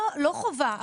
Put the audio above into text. לא חובה.